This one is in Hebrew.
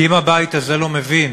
כי אם הבית הזה לא מבין